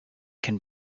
can